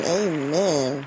amen